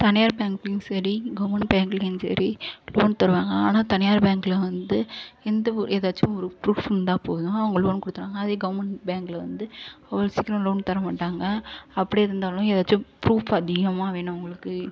தனியார் பேங்க்லேயும் சரி கவர்மண்ட் பேங்க்லேயும் சரி லோன் தருவாங்க ஆனால் தனியார் பேங்கில் வந்து எந்த ஒரு ஏதாச்சும் ஒரு ப்ரூஃப் இருந்தால் போதும் அவங்க லோன் கொடுத்துருவாங்க அதே கவர்மண்ட் பேங்கில் வந்து அவ்வளோ சீக்கிரம் லோன் தர மாட்டாங்க அப்படியே தந்தாலும் ஏதாச்சும் ப்ரூஃப் அதிகமாக வேணும் அவங்களுக்கு